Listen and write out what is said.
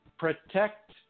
Protect